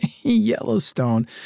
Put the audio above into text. Yellowstone